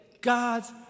God's